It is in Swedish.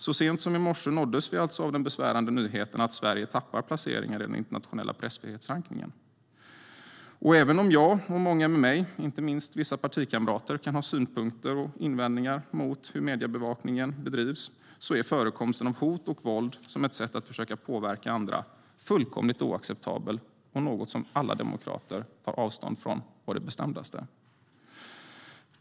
Så sent som i morse nåddes vi alltså av den besvärande nyheten att Sverige tappar placeringar i den internationella pressfrihetsrankningen. Och även om jag och många med mig, inte minst vissa partikamrater, kan ha synpunkter på och invändningar mot hur mediebevakningen bedrivs är förekomsten av hot och våld som ett sätt att försöka påverka fullkomligt oacceptabelt och något som alla demokrater tar avstånd från å det bestämdaste.